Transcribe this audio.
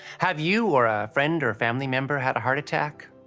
have you or a friend or family member had a heart attack?